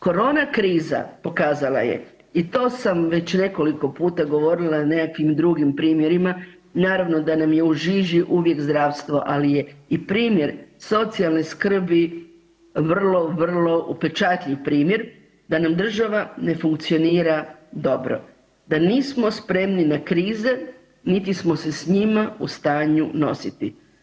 Korona kriza pokazala je i to sam već nekoliko puta govorila na nekakvim drugim primjerima, naravno da nam je u žiži uvijek zdravstvo, ali je i primjer socijalne skrbi vrlo, vrlo upečatljiv primjer da nam država ne funkcionira dobro, da nismo spremni na krize, niti smo se s njima u stanju nositi.